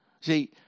See